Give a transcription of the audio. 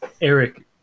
Eric